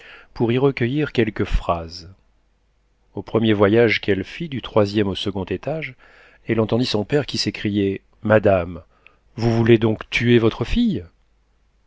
pour y recueillir quelques phrases au premier voyage qu'elle fit du troisième au second étage elle entendit son père qui s'écriait madame vous voulez donc tuer votre fille